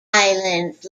islands